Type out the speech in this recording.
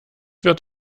wird